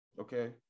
Okay